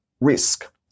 risk